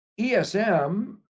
ESM